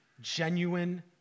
genuine